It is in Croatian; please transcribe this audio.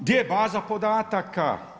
Gdje je baza podataka?